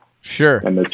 Sure